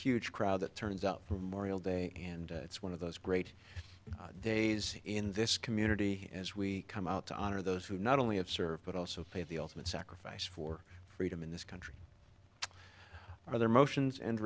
huge crowd that turns out for morial day and it's one of those great days in this community as we come out to honor those who not only have served but also pay the ultimate sacrifice for freedom in this country for their motions and